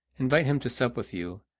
invite him to sup with you,